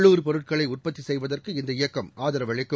உள்ளுர் பொருட்களைஉற்பத்திசெய்வதற்கு இந்த இயக்கம் ஆதரவளிக்கும்